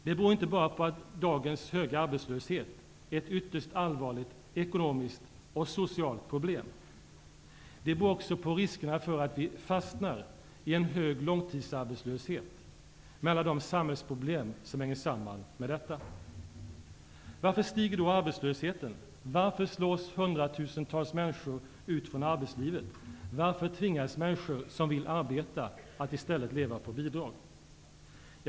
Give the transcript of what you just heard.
Det beror inte bara på att dagens höga arbetslöshet är ett ytterst allvarligt ekonomiskt och socialt problem. Det beror också på riskerna för att vi fastnar i en hög långtidsarbetslöshet med alla de samhälls problem som hänger samman med detta. Varför stiger då arbetslösheten? Varför slås hundratusentals människor ut från arbetslivet? Varför tvingas människor som vill arbeta att i stället leva på bidrag?